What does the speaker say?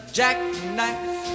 jackknife